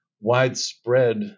widespread